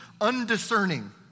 undiscerning